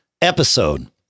episode